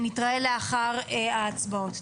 נתראה לאחר ההצבעות.